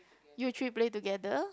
you three play together